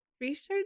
Research